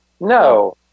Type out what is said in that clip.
no